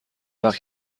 وقت